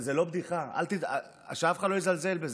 זו לא בדיחה, שאף אחד לא יזלזל בזה.